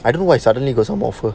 I don't know why suddenly goes on offer